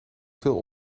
veel